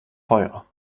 feuer